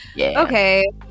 okay